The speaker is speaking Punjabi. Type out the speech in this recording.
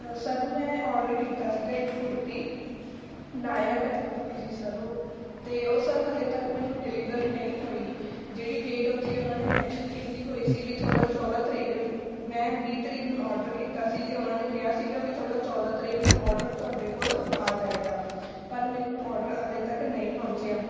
ਸਰ ਮੈਂ ਔਡਰ ਕੀਤਾ ਸੀਗਾ ਇੱਕ ਕੁੜਤੀ ਨਾਇਰਾ ਕੱਟ ਕੁੜਤੀ ਸੀ ਸਰ ਉਹ ਤਾਂ ਉਹ ਸਰ ਹਾਲੇ ਤੱਕ ਮੈਨੂੰ ਡਿਲੀਵਰ ਨਹੀਂ ਹੋਈ ਜਿਹੜੀ ਡੇਟ ਉੱਥੇ ਉਹਨਾਂ ਨੇ ਮੈਨਸ਼ਨ ਕੀਤੀ ਹੋਈ ਸੀ ਵੀ ਤੁਹਾਡਾ ਚੌਦਾਂ ਤਰੀ ਮੈਂ ਵੀਹ ਤਰੀਕ ਨੂੰ ਔਡਰ ਕੀਤਾ ਸੀ ਅਤੇ ਉਹਨਾਂ ਨੇ ਕਿਹਾ ਸੀਗਾ ਵੀ ਤੁਹਾਡਾ ਚੌਦਾਂ ਤਰੀਕ ਨੂੰ ਔਡਰ ਤੁਹਾਡੇ ਕੋਲ ਆ ਜਾਵੇਗਾ ਪਰ ਮੈਨੂੰ ਔਡਰ ਹਾਲੇ ਤੱਕ ਨਹੀਂ ਪਹੁੰਚਿਆ